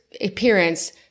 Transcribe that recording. appearance